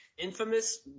infamous